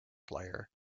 player